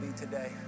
today